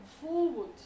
forward